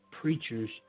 preachers